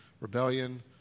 rebellion